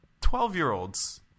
Twelve-year-olds